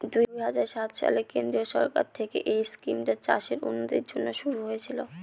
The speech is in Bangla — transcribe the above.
দুই হাজার সাত সালে কেন্দ্রীয় সরকার থেকে এই স্কিমটা চাষের উন্নতির জন্যে শুরু হয়েছিল